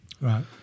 Right